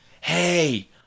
Hey